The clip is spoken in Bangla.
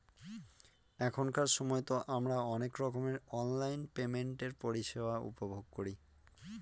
এখনকার সময়তো আমারা অনেক রকমের অনলাইন পেমেন্টের পরিষেবা উপভোগ করি